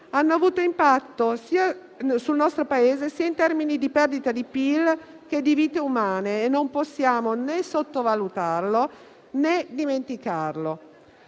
hanno avuto impatto sul nostro Paese, sia in termini di perdita di PIL che di vite umane e non possiamo né sottovalutarlo, né dimenticarlo.